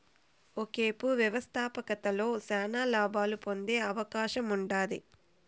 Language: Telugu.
ఒకేపు వ్యవస్థాపకతలో శానా లాబాలు పొందే అవకాశముండాది